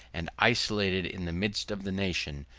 and isolated in the midst of the nation,